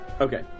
Okay